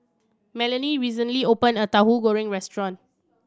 Melony recently opened a Tauhu Goreng restaurant